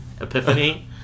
epiphany